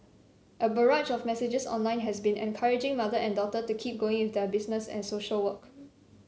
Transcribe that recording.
a barrage of messages online has been encouraging mother and daughter to keep going their business and social work